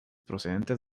procedentes